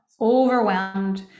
overwhelmed